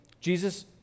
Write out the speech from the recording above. Jesus